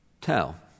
tell